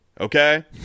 okay